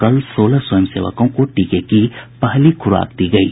कल सोलह स्वयंसेवकों को टीके की पहली खुराक दी गयी